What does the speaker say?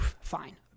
fine